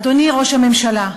אדוני ראש הממשלה,